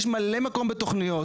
יש מלא מקום לתוכניות,